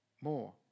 more